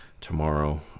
tomorrow